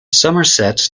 somerset